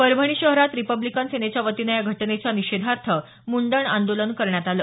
परभणी शहरात रिपब्लीकन सेनेच्या वतीनं या घटनेच्या निषेधार्थ मुंडण आंदोलन करण्यात आलं